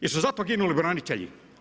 Jesu za to ginuli branitelji?